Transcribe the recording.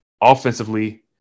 Offensively